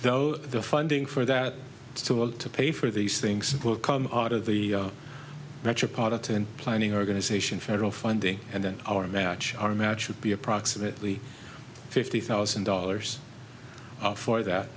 of the funding for that too old to pay for these things that will come out of the metropolitan planning organization federal funding and then our match our match would be approximately fifty thousand dollars for that